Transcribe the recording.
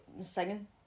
singing